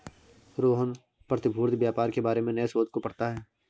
रोहन प्रतिभूति व्यापार के बारे में नए शोध को पढ़ता है